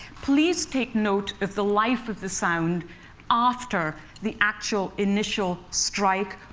please take note of the life of the sound after the actual initial strike,